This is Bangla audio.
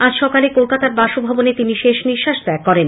আজ সকালে কলকাতার বাসভবনে তিনি শেষ নিঃশ্বাস ত্যাগ করেন